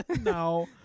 No